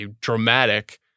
dramatic